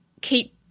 keep